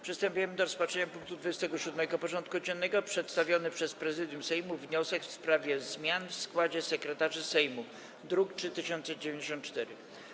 Przystępujemy do rozpatrzenia punktu 27. porządku dziennego: Przedstawiony przez Prezydium Sejmu wniosek w sprawie zmian w składzie sekretarzy Sejmu (druk nr 3094)